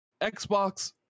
Xbox